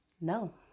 no